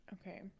okay